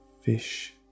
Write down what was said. fish